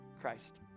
Christ